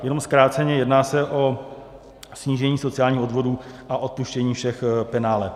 Jenom zkráceně, jedná se o snížení sociálních odvodů a odpuštění všech penále.